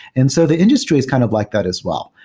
and so the industry is kind of like that as well,